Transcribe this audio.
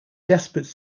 desperate